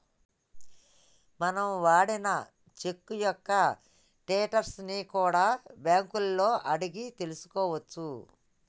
మనం వాడిన చెక్కు యొక్క స్టేటస్ ని కూడా బ్యేంకులలో అడిగి తెల్సుకోవచ్చు